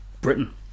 Britain